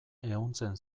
ehuntzen